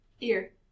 Ear